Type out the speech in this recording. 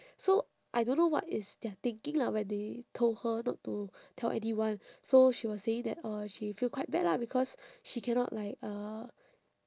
so I don't know what is their thinking lah when they told her not to tell anyone so she was saying that uh she feel quite bad lah because she cannot like uh